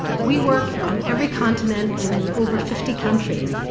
we work on every continent and in over fifty countries.